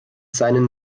seinen